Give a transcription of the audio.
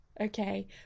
okay